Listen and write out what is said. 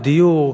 בדיור,